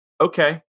Okay